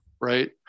right